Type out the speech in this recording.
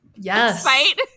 yes